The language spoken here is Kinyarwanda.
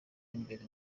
imbere